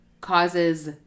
causes